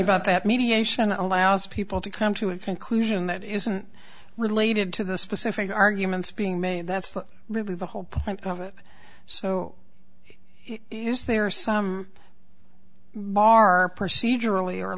about that mediation allows people to come to a conclusion that isn't related to the specific arguments being made that's really the whole point of it so yes there are some bar procedur